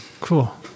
cool